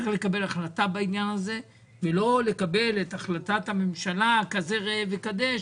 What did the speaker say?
צריך לקבל החלטה בעניין הזה ולא לקבל את החלטת הממשלה ככזה ראה וקדש,